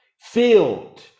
filled